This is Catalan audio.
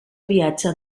viatge